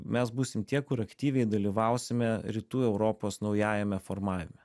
mes būsim tie kur aktyviai dalyvausime rytų europos naujajame formavime